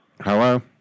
Hello